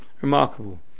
remarkable